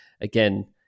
again